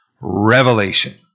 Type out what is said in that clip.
revelation